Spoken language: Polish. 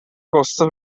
kostce